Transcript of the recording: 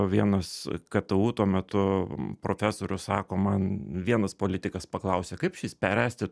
vienas ktu tuo metu profesorius sako man vienas politikas paklausė kaip čia išspręsti